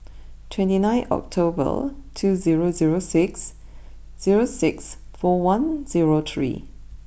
twenty nine October two zero zero six zero six four one zero three